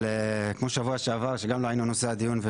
אבל כמו בשבוע שעבר שגם לא היינו נושא הדיון,